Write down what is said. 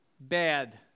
Bad